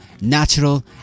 natural